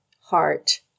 heart